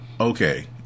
Okay